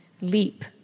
leap